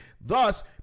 Thus